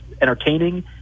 entertaining